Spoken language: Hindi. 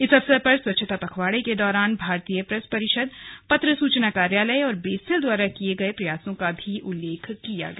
इस अवसर पर स्वच्छता पखवाड़े के दौरान भारतीय प्रेस परिषद पत्र सूचना कार्यालय और बेसिल द्वारा किए गए प्रयासों का भी उल्लेख किया गया